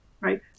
right